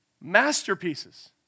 masterpieces